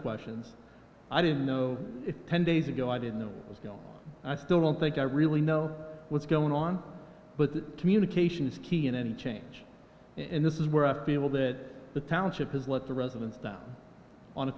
questions i didn't know it ten days ago i didn't know i still don't think i really know what's going on but communication is key in any change in this is where i feel that the township has what the residents down on a